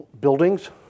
Buildings